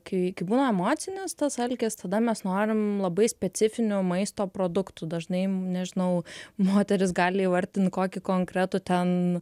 kai būna emocinis tas alkis tada mes norim labai specifinių maisto produktų dažnai nežinau moterys gali įvardint kokį konkretų ten